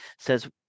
says